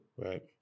right